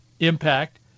impact